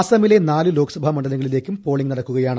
ആസാമിലെ നാലു ലോക്സഭാ മണ്ഡലങ്ങളിലേക്കും പോളിംഗ് നടക്കുകയാണ്